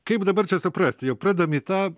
kaip dabar čia suprast jau pradedam į tą